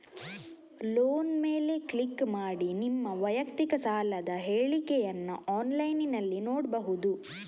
loan ಮೇಲೆ click ಮಾಡಿ ನಿಮ್ಮ ವೈಯಕ್ತಿಕ ಸಾಲದ ಹೇಳಿಕೆಯನ್ನ ಆನ್ಲೈನಿನಲ್ಲಿ ನೋಡ್ಬಹುದು